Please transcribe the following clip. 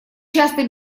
часто